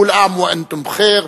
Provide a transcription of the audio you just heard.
כול עאם ואנתום בח'יר,